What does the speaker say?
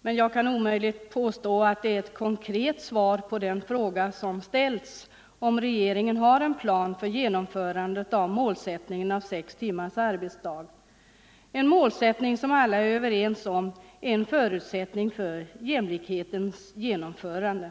men jag kan omöjligen påstå att det är ett konkret svar på den fråga som ställts, om regeringen har en plan för genomförande Nr 124 av målsättningen om sex timmars arbetsdag — en målsättning som alla Tisdagen den är överens om är en förutsättning för jämlikhetens genomförande.